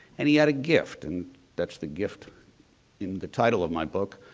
and he had a gift and that's the gift in the title of my book.